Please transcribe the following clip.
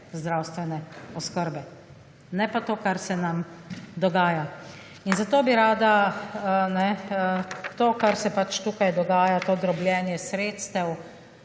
zdravstvene oskrbe ne pa to, kar se nam dogaja. Zato bi rada to, kar se pač tukaj dogaja to drobljenje sredstev